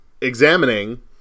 examining